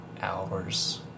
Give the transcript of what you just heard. hours